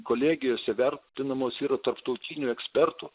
kolegijos įvertinamos ir tarptautinių ekspertų